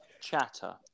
chatter